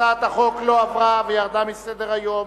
הצעת החוק לא עברה וירדה מסדר-היום.